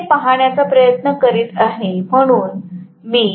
मी हे पाहण्याचा प्रयत्न करीत आहे